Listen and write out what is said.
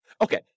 Okay